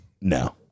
No